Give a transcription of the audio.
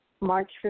March